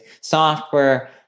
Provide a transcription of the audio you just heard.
software